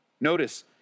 Notice